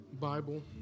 Bible